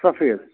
سفیٖد